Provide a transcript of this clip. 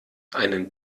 einen